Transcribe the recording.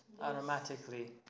automatically